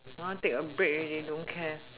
want to take a break already don't care